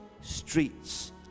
streets